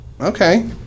Okay